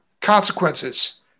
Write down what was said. consequences